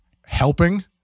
helping